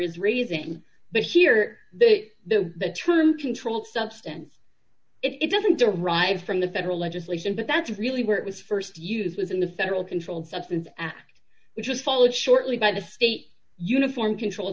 is raising but here the term controlled substance it doesn't derive from the federal legislation but that's really where it was st use was in the federal controlled substances act which was followed shortly by the state uniform controlled